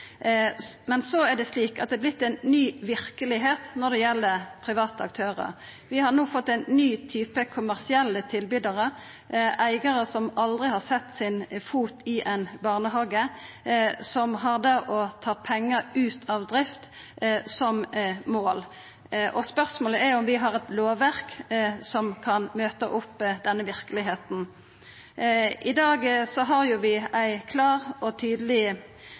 Men så er det slik at det har vorte ei ny verkelegheit når det gjeld private aktørar. Vi har no fått ein ny type kommersielle tilbydarar, eigarar som aldri har sett sine føter i ein barnehage, som har det å ta pengar ut av drift som moral. Spørsmålet er om vi har eit lovverk som kan møta denne verkelegheita. I dag har vi ei klar og tydeleg